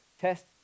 test